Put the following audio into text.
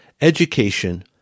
Education